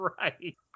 right